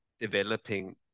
developing